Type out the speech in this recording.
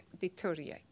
deteriorate